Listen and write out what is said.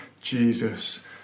Jesus